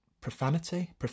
Profanity